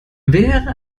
wäre